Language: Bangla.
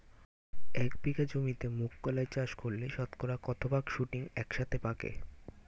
এক বিঘা জমিতে মুঘ কলাই চাষ করলে শতকরা কত ভাগ শুটিং একসাথে পাকে?